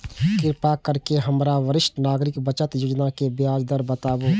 कृपा करके हमरा वरिष्ठ नागरिक बचत योजना के ब्याज दर बताबू